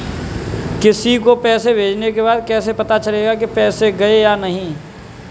किसी को पैसे भेजने के बाद कैसे पता चलेगा कि पैसे गए या नहीं?